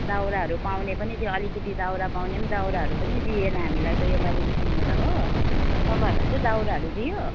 दाउराहरू पाउने पनि त्यो अलिकति दाउरा पाउने पनि दाउराहरू पनि दिएन हामीलाई त योपालीदेखिको त हो तपाईँहरूलाई चाहिँ दाउराहरू दियो